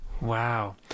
Wow